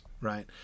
right